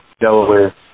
Delaware